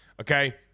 Okay